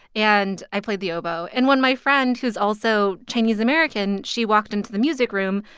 and i played the oboe. and when my friend, who's also chinese-american, she walked into the music room,